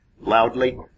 loudly